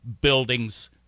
buildings